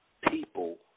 people